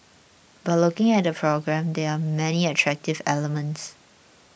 but looking at the programme there are many attractive elements